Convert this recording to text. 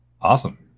Awesome